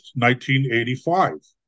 1985